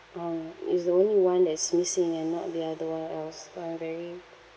um is the only one that is missing and not the other one else so I'm very